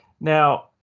Now